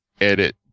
edit